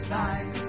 time